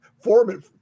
foreman